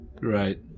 Right